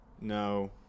no